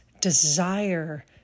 desire